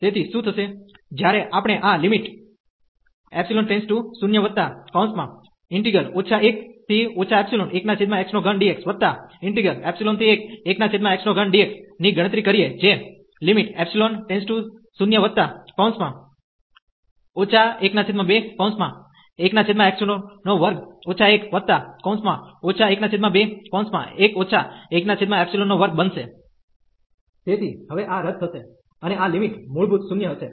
તેથી શું થશે જ્યારે આપણે આ 1 ϵ1x3dx11x3dx ની ગણતરી કરીએ જે 1212 1 121 12 બનશે તેથી હવે આ રદ થશે અને આ લિમિટ મૂળભૂત 0 હશે